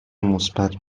مثبت